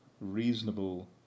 reasonable